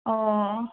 अ